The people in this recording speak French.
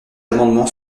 amendement